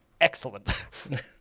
excellent